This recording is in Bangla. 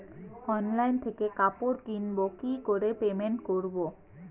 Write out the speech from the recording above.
অনলাইন থেকে কাপড় কিনবো কি করে পেমেন্ট করবো?